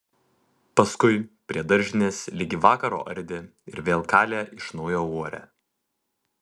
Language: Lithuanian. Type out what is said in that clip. paskui prie daržinės ligi vakaro ardė ir vėl kalė iš naujo uorę